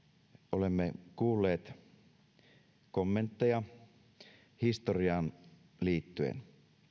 olemme kuulleet kommentteja historiaan liittyen